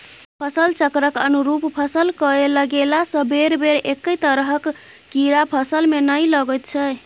फसल चक्रक अनुरूप फसल कए लगेलासँ बेरबेर एक्के तरहक कीड़ा फसलमे नहि लागैत छै